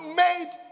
made